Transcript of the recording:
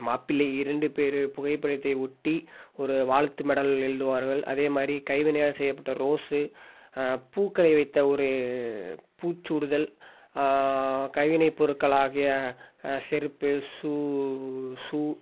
மாப்பிள்ளை இரண்டு பேர் புகைப்படைத்தை ஒட்டி ஒரு வாழ்த்து மெடல் எழுதுவார்கள் அதே மாதிரி கைவினையால் செய்யப்பட்ட ரோஸு பூக்களை வைத்த ஒரு பூச்சூடுதல் கைவினைப் பொருட்கள் ஆகிய செருப்பு ஸூவ் ஸூ